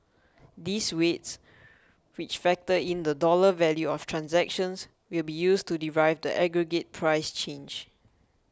these weights which factor in the dollar value of transactions will be used to derive the aggregate price change